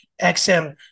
XM